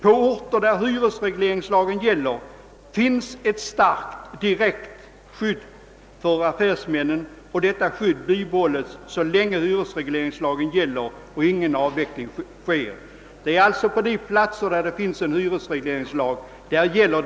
På orter där hyresregleringslagen tillämpas finns ett starkt direkt skydd för affärsmännen, och detta skydd bibehålles så länge hyresregleringslagen gäller och ingen avveckling sker. Detta avser alltså det direkta skyddet.